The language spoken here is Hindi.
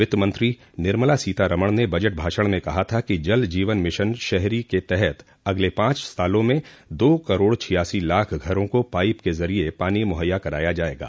वित्त मंत्री निर्मला सीतारमण ने बजट भाषण में कहा था कि जल जीवन मिशन शहरी के तहत अगले पांच सालों में दो करोड़ छियासी लाख घरों को पाइप के जरिए पानी मुहैया कराया जायेगा